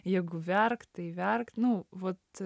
jėgų verkt tai verkt nu vat